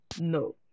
No